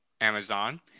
Amazon